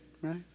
right